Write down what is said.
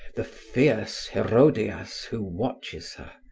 the fierce herodias who watches her,